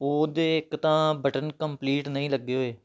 ਉਹਦੇ ਇੱਕ ਤਾਂ ਬਟਨ ਕੰਪਲੀਟ ਨਹੀਂ ਲੱਗੇ ਹੋਏ